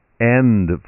end